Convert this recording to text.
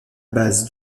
base